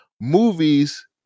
movies